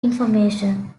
information